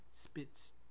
spits